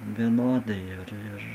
vienodai ir ir